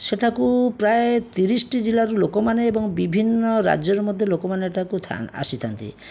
ସେଇଟାକୁ ପ୍ରାୟ ତିରିଶଟି ଜିଲ୍ଲାରୁ ଲୋକମାନେ ଏବଂ ବିଭିନ୍ନ ରାଜ୍ୟରୁ ମଧ୍ୟ ଲୋକମାନେ ଏଠାକୁ ଆସିଥାନ୍ତି